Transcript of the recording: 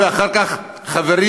ואחר כך חברים,